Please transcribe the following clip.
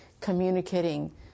communicating